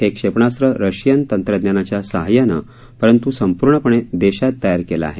हे क्षेपणास्त्र रशियन तंत्रज्ञानाच्या सहाय्यानं परंत् संपूर्णपणे देशात तयार केलं आहे